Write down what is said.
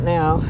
now